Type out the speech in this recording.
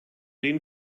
den